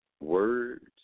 Words